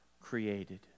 created